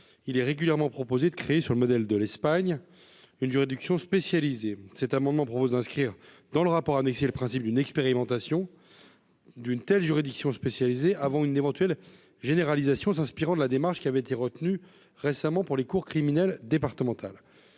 il est régulièrement proposé de créer, sur le modèle de l'Espagne, une juridiction spécialisée cet amendement propose d'inscrire dans le rapport annexé le principe d'une expérimentation d'une telle juridiction spécialisée avant une éventuelle généralisation s'inspirant de la démarche qui avait été retenu récemment pour les cours criminelles départementales